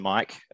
Mike